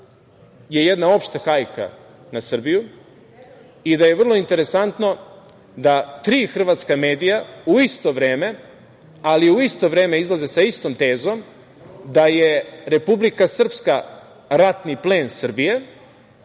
je jedna opšta hajka na Srbiju i da je vrlo interesantno da tri hrvatska medija u isto vreme, ali u isto vreme izlaze sa istom tezom da je Republika Srpska ratni plen Srbije,